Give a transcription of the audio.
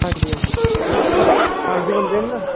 हां जी हां जी पंज बंदे ना